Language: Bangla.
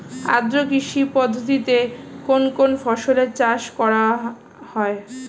আদ্র কৃষি পদ্ধতিতে কোন কোন ফসলের চাষ করা হয়?